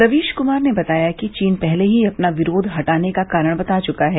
रवीश क्मार ने बताया कि चीन पहले ही अपना विरोध हटाने का कारण बता चुका है